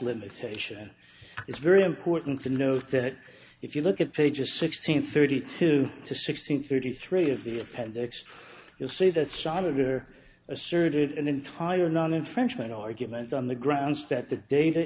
limitation it's very important to note that if you look at pages sixteen thirty two sixteen thirty three of the appendix you'll see that senator asserted an entire non infringement argument on the grounds that the data